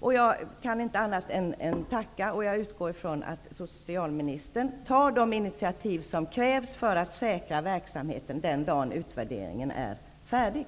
Jag kan inte annat än att tacka. Jag utgår från att socialministern tar de initiativ som krävs för att säkra verksamheten den dagen utvärderingen är färdig.